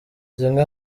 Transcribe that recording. zimwe